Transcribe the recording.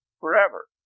Forever